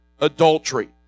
adultery